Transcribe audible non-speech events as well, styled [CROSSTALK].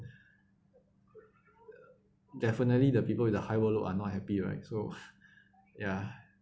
definitely the people with the high workload are not happy right so [LAUGHS] ya